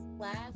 last